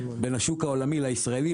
בין השוק העולמי לישראלי,